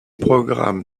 programmes